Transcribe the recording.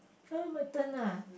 now my turn ah